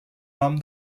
nom